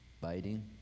Biting